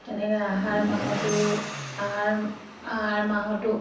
তেনেকে আহাৰ মাহতো আহাৰ মাহতো